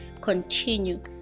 continue